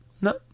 no